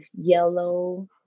yellow